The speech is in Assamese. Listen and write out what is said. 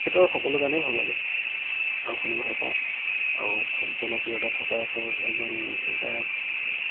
তেখেতৰ সকলো গানেই ভাল লাগে আৰু শুনি ভাল পাওঁ আৰু খুব জনপ্ৰিয়তা থকা এজন গায়ক